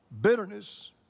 Bitterness